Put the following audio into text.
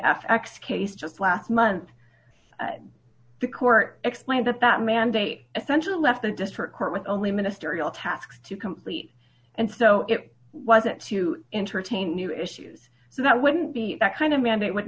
x case just last month the court explained that that mandate essentially left the district court with only mr ial tasks to complete and so it wasn't to entertain new issues so that wouldn't be that kind of mandate would